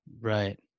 Right